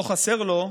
לא חסר לו,